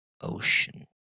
Ocean